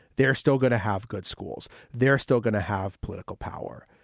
they're still going to have good schools. they're still going to have political power.